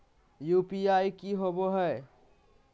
UPI की होबो है?